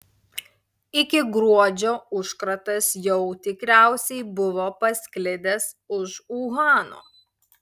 iki gruodžio užkratas jau tikriausiai buvo pasklidęs už uhano